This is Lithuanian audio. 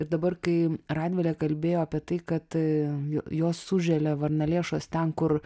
ir dabar kai radvilė kalbėjo apie tai kad jo jos suželia varnalėšos ten kur